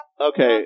Okay